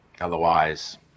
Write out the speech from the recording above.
Otherwise